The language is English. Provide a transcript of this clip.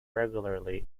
regularly